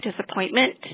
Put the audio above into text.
disappointment